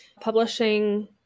Publishing